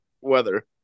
weather